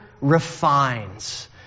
refines